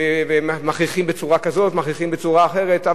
מכריחים בצורה כזאת ומכריחים בצורה אחרת,